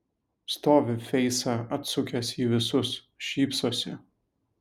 stovi feisą atsukęs į visus šypsosi